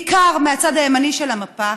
בעיקר מהצד הימני של המפה,